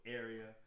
area